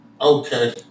Okay